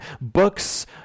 books